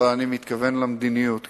אבל אני מתכוון למדיניות כרגע.